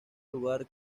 lugar